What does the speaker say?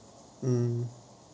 mm